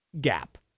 gap